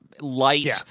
light